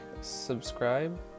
subscribe